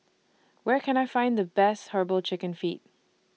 Where Can I Find The Best Herbal Chicken Feet